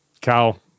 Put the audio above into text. Cal